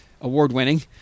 award-winning